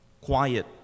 Quiet